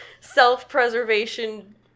self-preservation